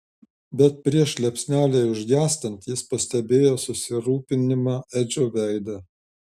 bet prieš liepsnelei užgęstant jis pastebėjo susirūpinimą edžio veide